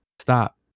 stop